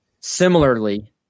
Similarly